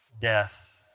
death